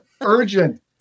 urgent